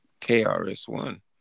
KRS-One